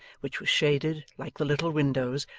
which was shaded, like the little windows,